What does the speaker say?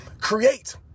create